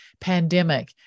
pandemic